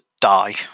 die